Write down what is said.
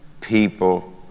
people